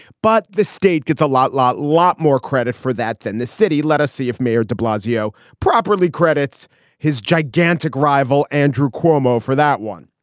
but the state gets a lot lot lot more credit for that than the city let us see if mayor de blasio properly credits his gigantic rival andrew cuomo for that one.